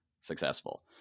successful